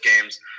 games